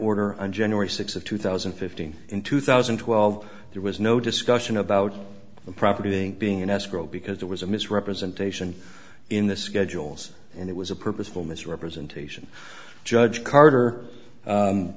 order on january th of two thousand and fifteen in two thousand and twelve there was no discussion about the property being being in escrow because there was a misrepresentation in the schedules and it was a purposeful misrepresentation judge carter